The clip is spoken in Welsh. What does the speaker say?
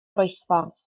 groesffordd